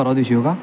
परवादिवशी येऊ का